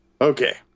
okay